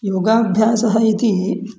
योगाभ्यासः इति